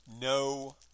no